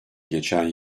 geçen